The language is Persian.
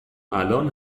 الان